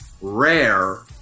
rare